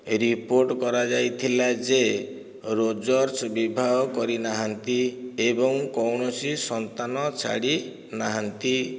report କରାଯାଇଥିଲା ଯେ Rogers ବିବାହ କରିନାହାନ୍ତି ଏବଂ କୌଣସି ସନ୍ତାନ ଛାଡ଼ିନାହାନ୍ତି